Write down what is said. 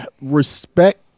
respect